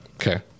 Okay